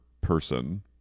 person